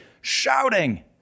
Shouting